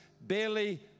barely